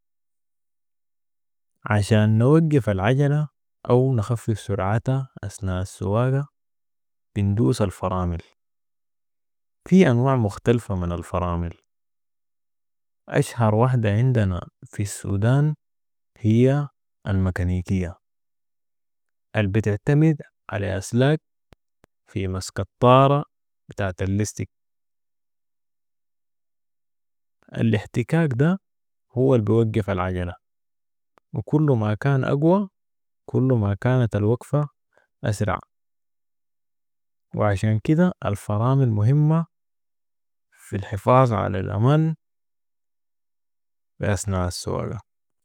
عشان نوقف العجلة أو نخفف سرعتها اسناء السواقة بندوس الفرامل ، في انواع مختلفة من الفرامل اشهر وحدة عندنا في السودان هي المكنيكية البتعتمد علي أسلاك في مسك الطاره بتاعة اللستك. الاحتكاك ده هو البوقف العجلة وكل ما كان أقوى كل ما كانت الوقفة اسرع وعشان كدة الفرامل مهمه في الحفاظ علي الامان بي اثناء السواقه.